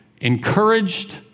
encouraged